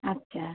আচ্ছা